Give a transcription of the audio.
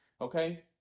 Okay